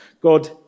God